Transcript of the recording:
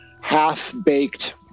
half-baked